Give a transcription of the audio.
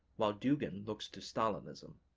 while dugin looks to stalinism.